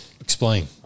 Explain